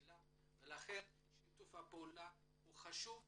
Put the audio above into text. ולכן שיתוף הפעולה חשוב והכרחי.